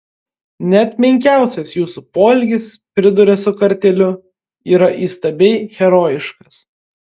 net menkiausias jūsų poelgis priduria su kartėliu yra įstabiai herojiškas